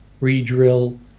re-drill